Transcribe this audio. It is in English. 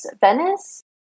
Venice